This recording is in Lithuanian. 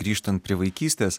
grįžtant prie vaikystės